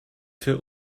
für